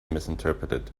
misinterpreted